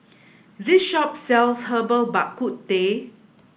this shop sells Herbal Bak Ku Teh